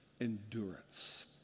endurance